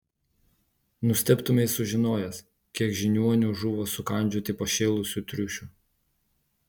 nustebtumei sužinojęs kiek žiniuonių žuvo sukandžioti pašėlusių triušių